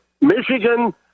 Michigan